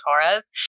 Torres